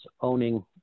owning